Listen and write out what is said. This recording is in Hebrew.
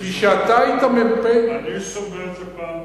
אני שומע את זה בפעם הראשונה.